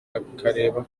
akareba